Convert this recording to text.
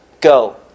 Go